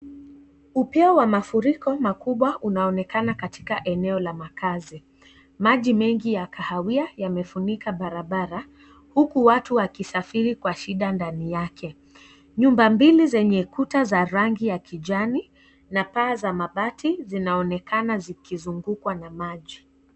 Upeo wa mafuriko makubwa unaonekana katika eneo la makazi maji mengi ya kahawia yamefunika barabara huku watu waksafiri kwa shida ndani yake, nyumba mbili zenye kuta za rangi ya kijani na paa za mabati zinaonekana zikizungukwa na maji.